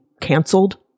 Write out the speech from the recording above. canceled